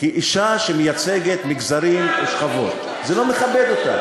יש גבול לרדידות, גבירותי ורבותי, באמת.